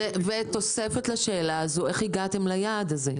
ותוספת לשאלה הזו, איך הגעתם ליעד הזה.